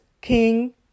king